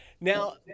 Now